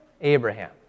Abraham